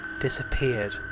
disappeared